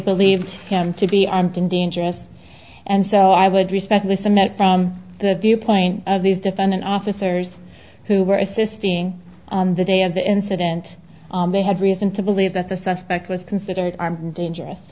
believed him to be armed and dangerous and so i would respect with them it from the viewpoint of these defendant officers who were assisting on the day of the incident they had reason to believe that the suspect was considered